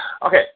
Okay